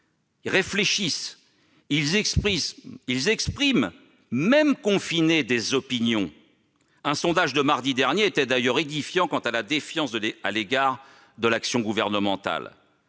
ils réfléchissent ; même confinés, ils expriment des opinions. Un sondage publié mardi dernier était d'ailleurs édifiant quant à la défiance à l'égard de l'action gouvernementale.